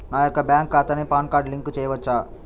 నా యొక్క బ్యాంక్ ఖాతాకి పాన్ కార్డ్ లింక్ చేయవచ్చా?